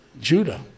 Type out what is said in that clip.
Judah